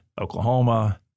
Oklahoma